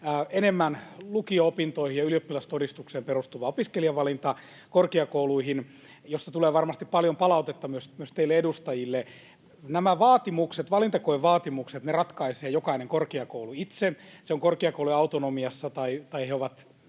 enemmän lukio-opintoihin ja ylioppilastodistukseen perustuva opiskelijavalinta korkeakouluihin, josta tulee varmasti paljon palautetta myös teille edustajille. Nämä vaatimukset, valintakoevaatimukset, ratkaisee jokainen korkeakoulu itse. Se on korkeakoulujen autonomiassa, tai he